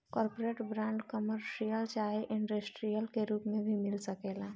corporate bond, commercial चाहे industrial के रूप में भी मिल सकेला